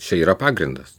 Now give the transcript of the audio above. čia yra pagrindas